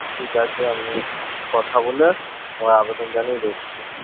ঠিক আছে আমি কথা বলে ও আবেদন জানিয়ে দেখছি